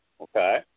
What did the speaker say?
Okay